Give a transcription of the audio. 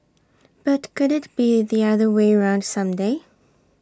but could IT be the other way round some day